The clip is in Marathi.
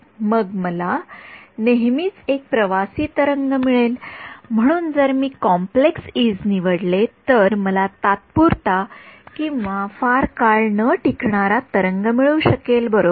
मग मला नेहमीच एक प्रवासी तरंग मिळेल परंतु जर मी कॉम्प्लेक्स इज e's निवडले तर मला तात्पुरता किंवा फार काळ न टिकणारा तरंग मिळू शकेल बरोबर